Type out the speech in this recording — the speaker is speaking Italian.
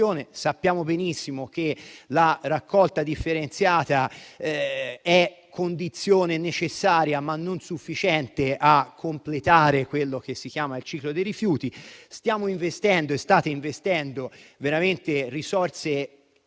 Sappiamo benissimo che la raccolta differenziata è condizione necessaria, ma non sufficiente a completare quello che si chiama il ciclo dei rifiuti. Stiamo e state investendo risorse veramente